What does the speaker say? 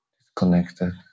disconnected